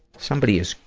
somebody is,